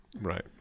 Right